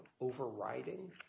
overriding